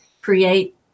create